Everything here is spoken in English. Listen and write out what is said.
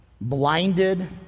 blinded